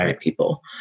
people